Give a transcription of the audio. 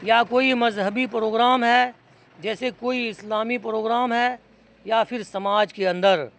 یا کوئی مذہبی پروگرام ہے جیسے کوئی اسلامی پروگرام ہے یا پھر سماج کے اندر